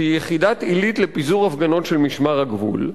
שהיא יחידת עילית לפיזור הפגנות של משמר הגבול.